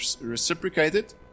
reciprocated